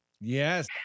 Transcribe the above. yes